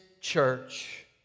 church